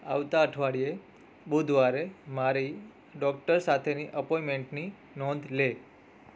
આવતાં અઠવાડિયે બુધવારે મારી ડૉક્ટર સાથેની અપોઇન્ટમેન્ટની નોંધ લે